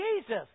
Jesus